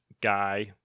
guy